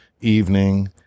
evening